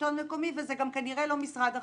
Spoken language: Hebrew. השלטון המקומי וכנראה גם לא משרד החינוך.